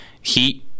Heat